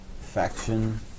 faction